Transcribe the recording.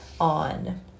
on